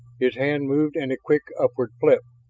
his hand moved in a quick upward flip.